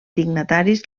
dignataris